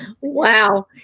Wow